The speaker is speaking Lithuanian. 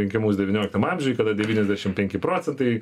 rinkimus devynioliktam amžiuj kada devyniasdešim penki procentai